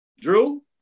Drew